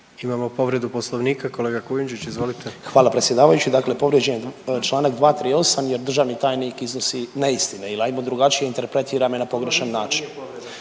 Imamo povredu Poslovnika kolega Kujundžić, izvolite. **Kujundžić, Ante (MOST)** Hvala predsjedavajući. Dakle, povrijeđen je članak 238. jer državni tajnik iznosi neistine ili hajmo drugačije interpretira me na pogrešan način.